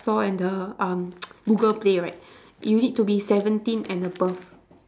store and the um google-play right you need to be seventeen and above